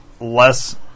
less